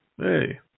Hey